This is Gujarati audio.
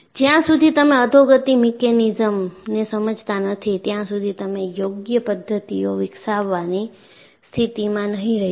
જ્યાં સુધી તમે અધોગતિ મિકેનિઝમને સમજતા નથી ત્યાં સુધી તમે યોગ્ય પદ્ધતિઓ વિકસાવવાની સ્થિતિમાં નહીં રહી શકો